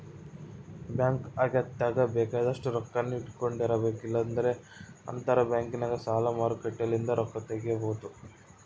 bank ಅಗತ್ಯಕ್ಕ ಬೇಕಾದಷ್ಟು ರೊಕ್ಕನ್ನ ಇಟ್ಟಕೊಂಡಿರಬೇಕು, ಇಲ್ಲಂದ್ರ ಅಂತರಬ್ಯಾಂಕ್ನಗ ಸಾಲ ಮಾರುಕಟ್ಟೆಲಿಂದ ರೊಕ್ಕ ತಗಬೊದು